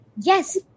Yes